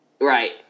Right